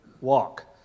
walk